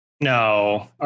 No